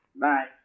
Bye